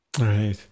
Right